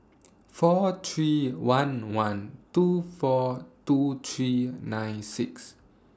four three one one two four two three nine six